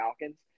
Falcons